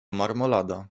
marmolada